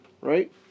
Right